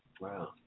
wow